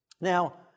Now